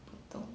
不懂